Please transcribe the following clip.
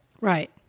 Right